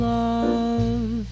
love